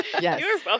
yes